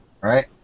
right